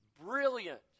brilliant